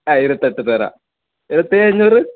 ആ ഇരുപത്തെട്ട് തരാം ഇരുപത്തേഴ് അഞ്ഞൂറ്